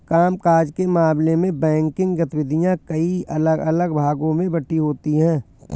काम काज के मामले में बैंकिंग गतिविधियां कई अलग अलग भागों में बंटी होती हैं